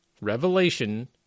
Revelation